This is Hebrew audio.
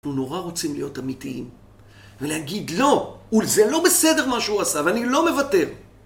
אנחנו נורא רוצים להיות אמיתיים ולהגיד, לא! זה לא בסדר מה שהוא עשה, ואני לא מבטא